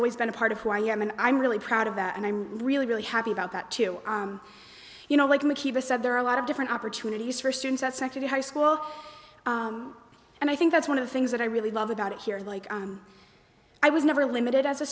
always been a part of who i am and i'm really proud of that and i'm really really happy about that too you know like makita said there are a lot of different opportunities for students at secular high school and i think that's one of the things that i really love about it here like i was never limited as a